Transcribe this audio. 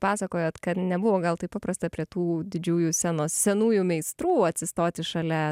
pasakojot kad nebuvo gal taip paprasta prie tų didžiųjų scenos senųjų meistrų atsistoti šalia